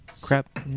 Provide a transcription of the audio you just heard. Crap